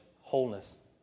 wholeness